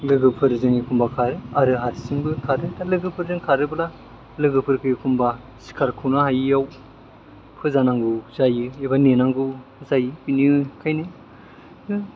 लोगोफोरजों एखमबा खारो आरो हारसिंबो खारो दा लोगोफोरजों खारोब्ला लोगोफोरखौ एखमबा सिखारख'नो हायैयाव फोजोनांगौ जायो एबा नेनांगौ जायो बिनिखायनो